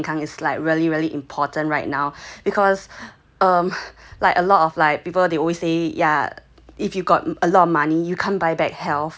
身体健康 is like really really important right now because um like a lot of like people they always say yeah if you've got a lot of money you can't buy back health